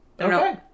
Okay